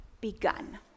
Begun